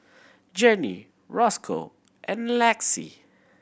Jenni Rosco and Lexis